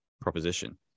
proposition